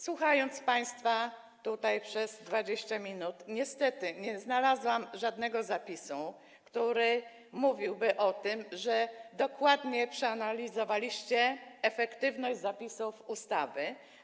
Słuchając państwa tutaj przez 20 minut, niestety nie znalazłam żadnego zapisu, który mówiłby o tym, że dokładnie przeanalizowaliście efektywność zapisów ustawy.